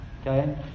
Okay